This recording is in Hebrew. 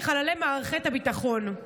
כחללי מערכת הביטחון.